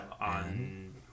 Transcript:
On